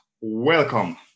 Welcome